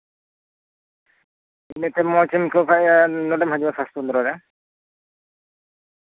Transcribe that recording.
ᱤᱱᱟᱹᱜ ᱛᱮ ᱢᱚᱸᱡᱮᱢ ᱟᱹᱭᱠᱟᱹᱣ ᱠᱷᱟᱡ ᱱᱚᱸᱰᱮᱢ ᱦᱤᱡᱩᱜᱼᱟ ᱥᱟᱥᱛᱷᱚ ᱠᱮᱱᱫᱨᱚ ᱨᱮ